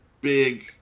big